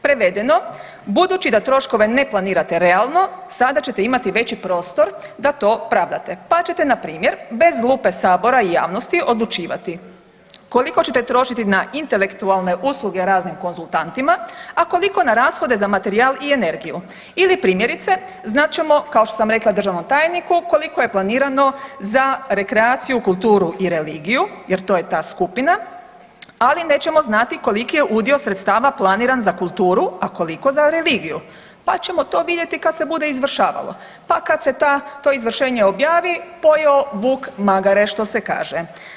Prevedeno, budući da troškove ne planirate realno sada ćete imati veći prostor da to pravdate, pa ćete npr. bez lupe Sabora i javnosti odlučivati koliko ćete trošiti na intelektualne usluge raznim konzultantima, a koliko na rashode za materijal i energiju ili primjerice znat ćemo kao što sam rekla državnom tajniku koliko je planirano za rekreaciju, kulturu i religiju jer to je ta skupina, ali nećemo znati koliki je udio sredstava planiran za kulturu, a koliko za religiju pa ćemo to vidjeti kad se bude izvršavalo, pa kad se to izvršene objavi pojeo vuk magare što se kaže.